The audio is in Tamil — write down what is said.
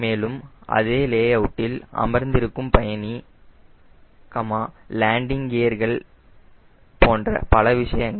மேலும் அந்த லே அவுட்டில் அமர்ந்திருக்கும் பயணி லேண்டிங் கியர்கள் போன்ற பல விஷயங்கள்